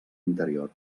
interior